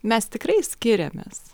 mes tikrai skiriamės